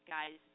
Guys